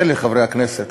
מילא חברי הכנסת,